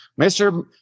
Mr